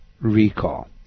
recall